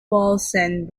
wallsend